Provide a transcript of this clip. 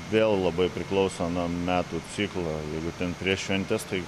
vėl labai priklauso nuo metų ciklo jeigu ten prieš šventes tai